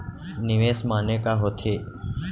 निवेश माने का होथे?